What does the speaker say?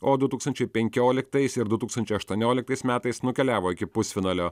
o du tūkstančiai penkioliktais ir du tūkstančiai aštuonioliktais metais nukeliavo iki pusfinalio